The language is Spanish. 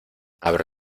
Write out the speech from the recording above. abre